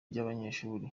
ry’abanyeshuri